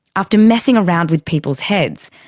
after messing around with people's heads,